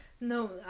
no